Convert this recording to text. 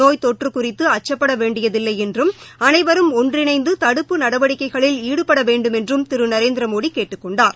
நோய் தொற்று குறித்து அச்சப்பட வேண்டியதில்லை என்றும் அனைவரும் ஒன்றிணைந்து தடுப்பு நடவடிக்கைகளில் ஈடுபட வேண்டும் என்றும் திரு நரேந்திர மோடி கேட்டுக் கொண்டார்